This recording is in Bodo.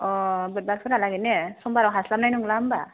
अ बुधबारफोरालागै ने समबाराव हास्लाबनाय नंला होमब्ला